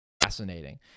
Fascinating